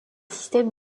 systèmes